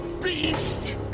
Beast